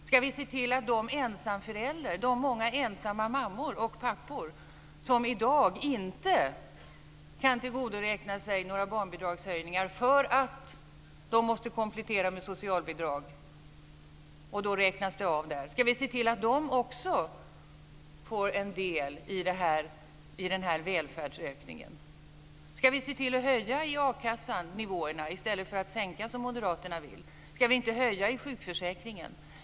Ska vi se till att de många ensamma mammorna och papporna, som i dag inte kan tillgodoräkna sig några barnbidragshöjningar för att de måste komplettera med socialbidrag och det då räknas av, också får en del i den här välfärdsökningen? Ska vi se till att höja nivåerna i a-kassan i stället för att sänka dem, som moderaterna vill? Ska vi inte höja nivåerna i sjukförsäkringen?